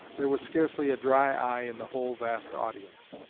there was scarcely a dry eye in the whole vast audience.